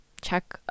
check